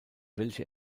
welche